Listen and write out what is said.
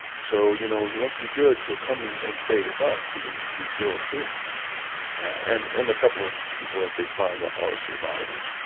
so you know you must be good so come and stay with us. so these these girls do and and a couple of people that they find that our survivors